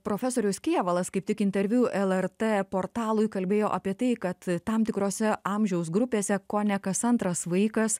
profesorius kėvalas kaip tik interviu lrt portalui kalbėjo apie tai kad tam tikrose amžiaus grupėse kone kas antras vaikas